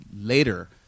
later